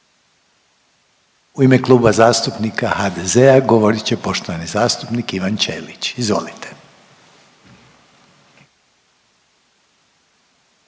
U ime Kluba zastupnika HDZ-a govorit će poštovani zastupnik Dražen Bošnjaković, izvolite.